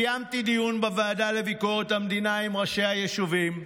קיימתי דיון בוועדה לביקורת המדינה עם ראשי היישובים.